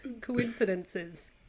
coincidences